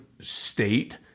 state